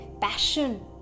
passion